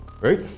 Right